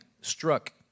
struck